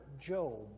Job